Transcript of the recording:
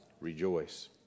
rejoice